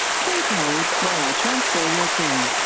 please hold while i transfer your call.